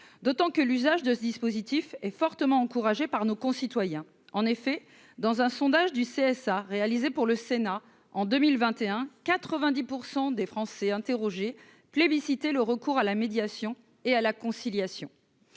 d'autant que l'usage de ce dispositif est fortement encouragée par nos concitoyens, en effet, dans un sondage du CSA réalisée pour le Sénat en 2021 90 % des Français interrogés plébiscité le recours à la médiation et à la conciliation,